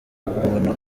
umuntu